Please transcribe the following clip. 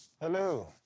Hello